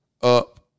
up